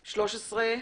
13,